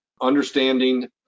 understanding